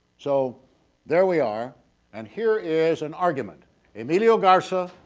so there we are and here is an argument emilia garza,